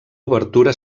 obertura